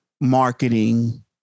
marketing